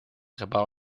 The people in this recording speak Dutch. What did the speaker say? gebouw